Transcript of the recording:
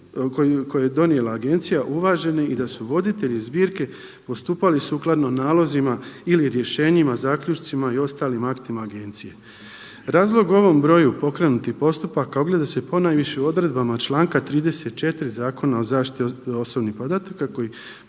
koje je donijela agencija uvaženi i da su voditelji zbirke postupali sukladno nalozima ili rješenjima, zaključcima i ostalim aktima agencije. Razlog ovom broju pokrenutih postupaka ogleda se ponajviše u odredbama članka 34. Zakona o zaštiti osobnih podataka koji